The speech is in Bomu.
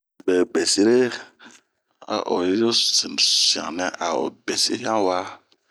Bee besire ,a o yiyu sian nɛ a o besi han wa.